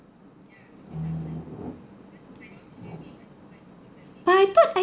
but I thought I